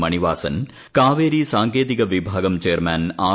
മണിവാസൻ കാവേരി സാങ്കേതിക വിഭാഗം chairman R